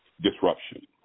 disruption